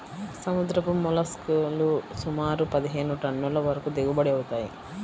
సముద్రపు మోల్లస్క్ లు సుమారు పదిహేను టన్నుల వరకు దిగుబడి అవుతాయి